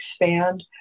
expand